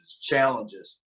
challenges